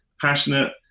passionate